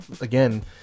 again